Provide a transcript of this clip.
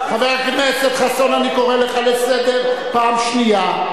חבר הכנסת חסון, אני קורא לך לסדר פעם שנייה.